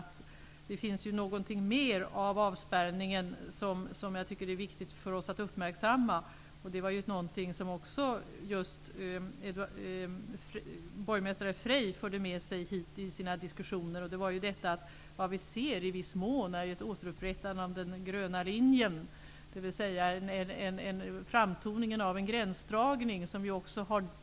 Det finns fler frågor än avspärrningen som jag tycker är viktiga att uppmärksamma. Borgmästaren Freij tog upp i sina diskussioner frågor om ett återupprättande av den gröna linjen, dvs. en gränsdragning tonar fram.